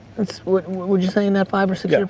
would would you say in that five or six